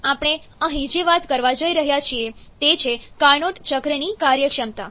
પછી આપણે અહીં જે વાત કરવા જઈ રહ્યા છીએ તે છે કાર્નોટ ચક્રની કાર્યક્ષમતા